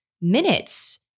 minutes